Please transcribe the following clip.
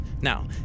Now